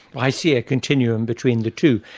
i see a continuum between the two.